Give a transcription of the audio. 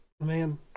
Man